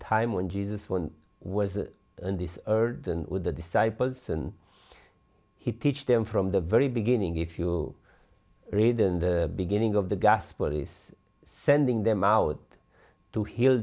time when jesus was on this earth and with the disciples and he teach them from the very beginning if you read in the beginning of the gospel is sending them out to heal